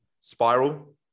Spiral